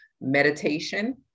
Meditation